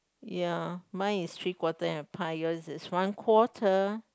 ya mine is three quarter and a pie yours is one quarter